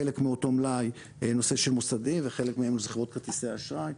חלק מאותו מלאי נושא של מוסדיים וחלק מהם זה חברות כרטיסי אשראי.